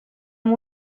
amb